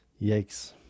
Yikes